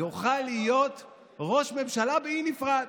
יוכל להיות ראש ממשלה באי נפרד.